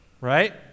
right